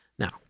Now